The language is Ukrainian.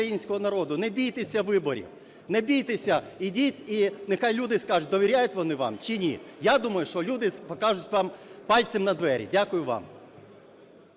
не бійтеся виборів. Не бійтеся, йдіть - і нехай люди скажуть, довіряють вони вам чи ні. Я думаю, що люди покажуть вам пальцем на двері. Дякую вам.